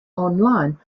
online